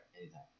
anytime